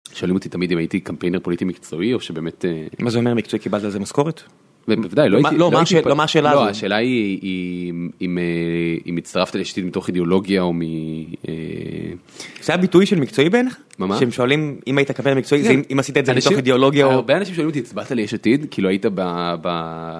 שואלים אותי תמיד אם הייתי קמפיינר פוליטי מקצועי, או שבאמת... מה זה אומר מקצועי, קיבלת על זה משכורת? ובוודאי, לא הייתי... לא, מה השאלה הזו? לא, השאלה היא.. היא.. אם אה.. אם הצטרפת ליש עתיד מתוך אידיאולוגיה, או מ... אה.. זה הביטוי של מקצועי בעינך? ממש. שהם שואלים אם היית קמפיינר מקצועי, אם עשית את זה מתוך אידיאולוגיה, או... הרבה אנשים שואלים אותי, הצבעת לי ליש עתיד, כאילו היית ב.. ב..